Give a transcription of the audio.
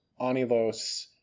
Anilos